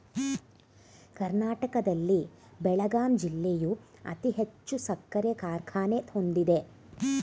ಕರ್ನಾಟಕದಲ್ಲಿ ಬೆಳಗಾಂ ಜಿಲ್ಲೆಯು ಅತಿ ಹೆಚ್ಚು ಸಕ್ಕರೆ ಕಾರ್ಖಾನೆ ಹೊಂದಿದೆ